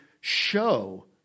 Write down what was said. show